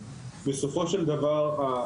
ובסופו של דבר אתה